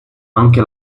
anche